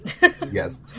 Yes